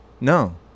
no